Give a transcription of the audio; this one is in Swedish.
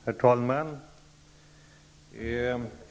Herr talman!